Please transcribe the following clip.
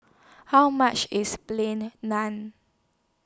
How much IS Plain Naan